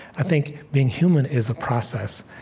i think being human is a process.